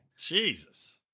Jesus